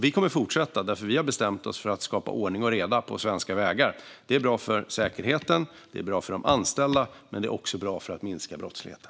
Vi kommer att fortsätta därför att vi har bestämt oss för att skapa ordning och reda på svenska vägar. Det är bra för säkerheten, det är bra för de anställda men det är också bra för att minska brottsligheten.